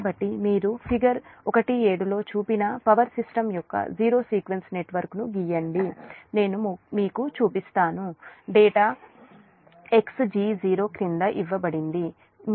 కాబట్టి మీరు ఫిగర్ 17 లో చూపిన పవర్ సిస్టమ్ యొక్క జీరో సీక్వెన్స్ నెట్వర్క్ను గీయండి నేను మీకు చూపిస్తాను డేటా Xg0 క్రింద ఇవ్వబడింది